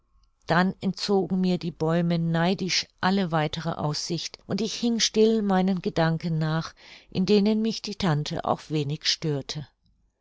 dann entzogen mir die bäume neidisch alle weitere aussicht und ich hing still meinen gedanken nach in denen mich die tante auch wenig störte